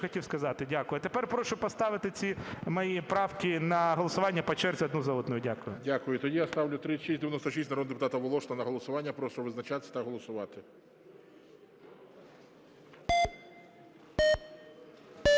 хотів сказати. Дякую. А тепер прошу поставити ці мої правки на голосування по черзі одну за одною. Дякую. ГОЛОВУЮЧИЙ. Дякую. Тоді я ставлю 3696 народного депутата Волошина на голосування. Прошу визначатись та голосувати.